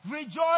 Rejoice